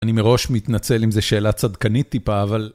אני מראש מתנצל אם זה שאלה צדקנית טיפה, אבל...